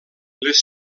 les